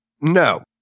No